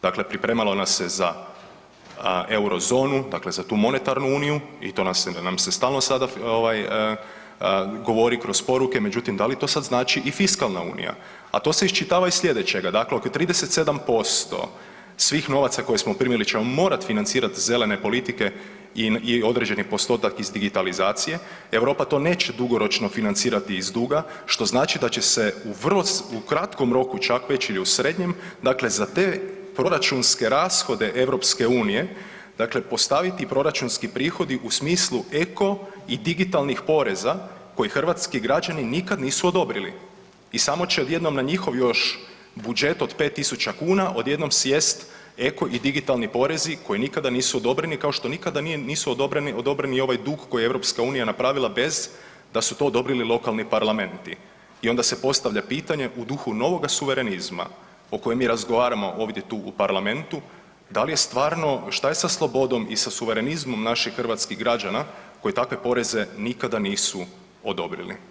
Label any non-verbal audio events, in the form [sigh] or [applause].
Dakle pripremalo nas se za eurozonu, dakle za tu monetarnu uniju i to ... [unintelligible] stalno sada govori kroz poruke, međutim da li to sada znači i fiskalna unija?, a to se iščitava iz sljedećega, dakle ako je 37% svih novaca koje smo primili ćemo morat' financirat zelene politike i određeni postotak iz digitalizacije, Europa to neće dugoročno financirati iz duga, što znači da će se u vrlo, u kratkom roku čak već ili u srednjem, dakle za te proračunske rashode Europske unije, dakle postaviti proračunski prihodi u smislu eko i digitalnih poreza koje hrvatski građani nikad nisu odobrili i samo će odjednom na njihov još budžet od 5.000,00 kuna, odjednom sjest' eko i digitalni porezi koji nikada nisu odobreni, kao što nikada nije odobren ni ovaj dug koji je Europska unija napravila bez da su to odobrili lokalni parlamenti i onda se postavlja pitanje u duhu novoga suverenizma o kojim mi razgovaramo ovdje tu u parlamentu, dal' je stvarno, šta je sa slobodom i sa suverenizmom naših hrvatskih građana koji takvi poreze nikada nisu odobrili?